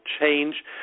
change